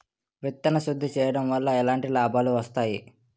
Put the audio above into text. విత్తన శుద్ధి చేయడం వల్ల ఎలాంటి లాభాలు వస్తాయి?